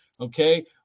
Okay